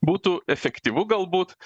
būtų efektyvu galbūt